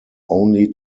only